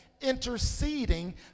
interceding